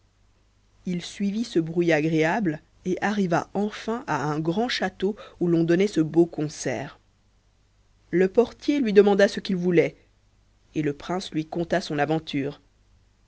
il suivit ce bruit agréable et arriva enfin à un grand château où l'on faisait ce beau concert le portier lui demanda ce qu'il voulait et le prince lui conta son aventure